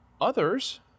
Others